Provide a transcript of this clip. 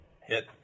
Hit